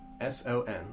S-O-N